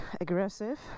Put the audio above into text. aggressive